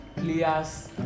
players